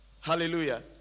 Hallelujah